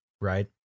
right